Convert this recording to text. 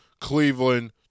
Cleveland